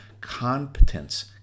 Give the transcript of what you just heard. competence